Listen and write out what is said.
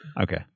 Okay